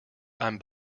i’m